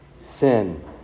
Sin